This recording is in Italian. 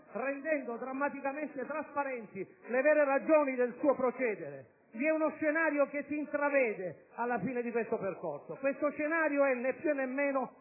rendendo drammaticamente trasparenti le vere ragioni del suo procedere. *(Commenti dal Gruppo PdL).* Vi è uno scenario che si intravede, alla fine di questo percorso. Questo scenario è né più né meno